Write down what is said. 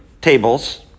tables